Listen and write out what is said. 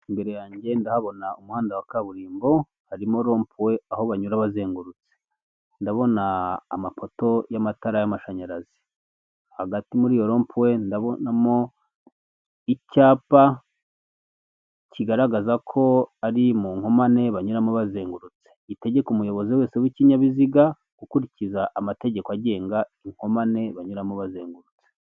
Imbere yange ndahabona umuhanda wa kaburimbo, harimo rompuwe aho banyura bazengurutse. Ndabona amapoto y'amatara y'amashanyarazi. Hagati muri iyo rompuwe ndabonamo icyapa kigaragaza ko ari mu nkomane banyuramo bazengurutse, gitegeka umuyobozi wese w'ikinyabiziga, gukurikiza amategeko agenga inkomane banyuramo bazengurutse.